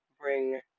bring